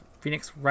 Phoenix